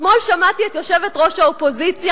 אתמול שמעתי את יושבת-ראש האופוזיציה